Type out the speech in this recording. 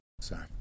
Sorry